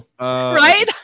Right